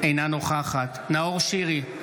אינה נוכחת נאור שירי,